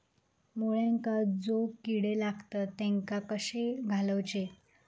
मुळ्यांका जो किडे लागतात तेनका कशे घालवचे?